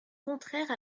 contraire